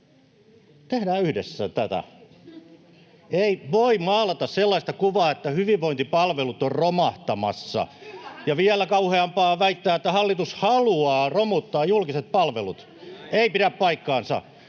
tehdään tätä yhdessä. Ei voi maalata sellaista kuvaa, että hyvinvointipalvelut ovat romahtamassa, ja vielä kauheampaa on väittää, että hallitus haluaa romuttaa julkiset palvelut. Ei pidä paikkaansa.